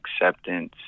acceptance